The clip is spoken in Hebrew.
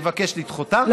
נבקש לדחותה.